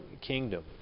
kingdom